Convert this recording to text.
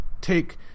take